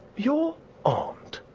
your aunt!